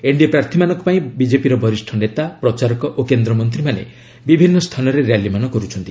NDA ପ୍ରାର୍ଥୀମାନଙ୍କ ପାଇଁ ବିଜେପିର ବରିଷ୍ଣ ନେତା ପ୍ରଚାରକ ଓ କେନ୍ଦ୍ର ମନ୍ତ୍ରୀମାନେ ବିଭିନ୍ନ ସ୍ଥାନରେ ର୍ୟାଲିମାନ କରୁଛନ୍ତି